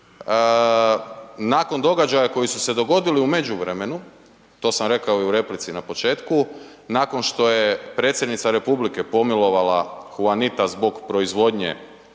nakon događaja koji su se dogodili u međuvremenu, to sam rekao i u replici na početku, nakon što je predsjednica RH pomilovala Huanita zbog proizvodnje